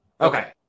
Okay